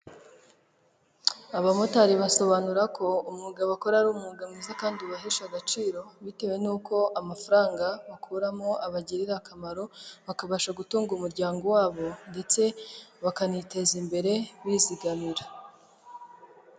Arimantasiyo nini cyane irimo ibicuruzwa byinshi bigiye bitandukanye, higanjemo amata, amaji, imyembe ndetse harimo n'abakiriya baje gushaka ibyo bifuza.